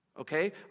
Okay